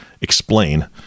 explain